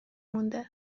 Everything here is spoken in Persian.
مونده